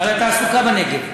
תעסוקה בנגב.